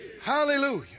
Hallelujah